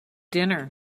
dinner